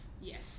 yes